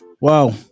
Wow